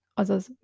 azaz